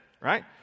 right